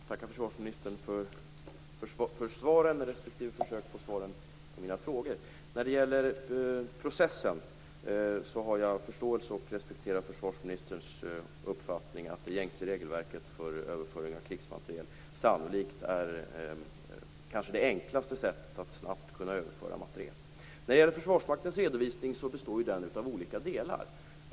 Fru talman! Jag tackar försvarsministern för svaren respektive försöken till svar på mina frågor. När det gäller processen har jag förståelse för och respekterar försvarsministerns uppfattning att det gängse regelverket för överföring av krigsmateriel sannolikt är det enklaste sättet att snabbt kunna överföra materiel. När det gäller Försvarsmaktens redovisning består den av olika delar.